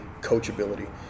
coachability